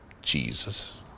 Jesus